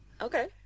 okay